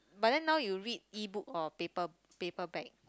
but then now you read E-book or paper~ paperback